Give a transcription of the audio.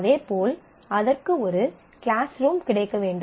அதேபோல் அதற்கு ஒரு கிளாஸ்ரூம் கிடைக்க வேண்டும்